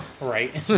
right